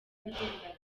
wagendaga